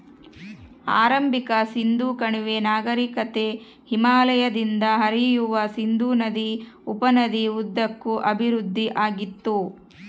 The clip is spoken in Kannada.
ಆರಂಭಿಕ ಸಿಂಧೂ ಕಣಿವೆ ನಾಗರಿಕತೆ ಹಿಮಾಲಯದಿಂದ ಹರಿಯುವ ಸಿಂಧೂ ನದಿ ಉಪನದಿ ಉದ್ದಕ್ಕೂ ಅಭಿವೃದ್ಧಿಆಗಿತ್ತು